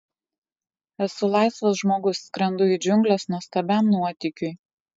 esu laisvas žmogus skrendu į džiungles nuostabiam nuotykiui